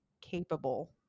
capable